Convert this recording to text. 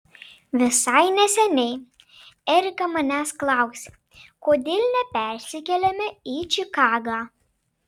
visai neseniai erika manęs klausė kodėl nepersikeliame į čikagą